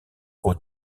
aux